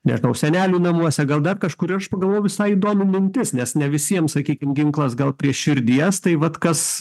nežinau senelių namuose gal dar kažkur ir aš pagalvojau visai įdomi mintis nes ne visiem sakykim ginklas gal prie širdies tai vat kas